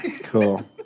Cool